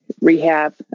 rehab